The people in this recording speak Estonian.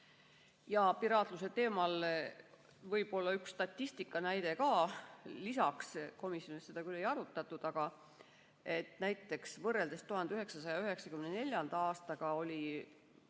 Piraatluse teemal võib-olla üks statistikanäide ka lisaks. Komisjonis seda küll ei arutatud, aga näiteks võrreldes 1994. aastaga oli